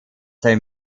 sei